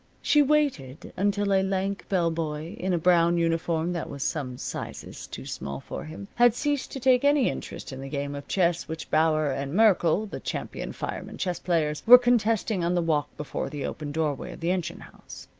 she waited until a lank bell-boy, in a brown uniform that was some sizes too small for him, had ceased to take any interest in the game of chess which bauer and merkle, the champion firemen chess-players, were contesting on the walk before the open doorway of the engine-house.